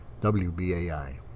WBAI